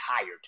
tired